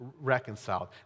reconciled